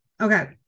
okay